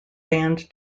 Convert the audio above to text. band